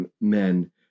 men